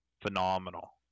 phenomenal